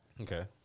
Okay